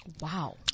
Wow